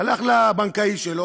הלך לבנקאי שלו,